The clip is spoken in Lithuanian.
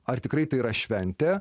ar tikrai tai yra švente